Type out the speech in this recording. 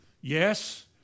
yes